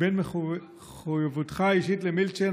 בין מחויבותך האישית למילצ'ן,